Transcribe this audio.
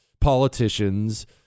politicians